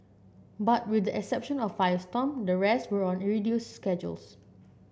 but with the exception of Firestorm the rest were on reduced schedules